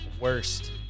worst